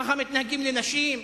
ככה מתנהגים לנשים,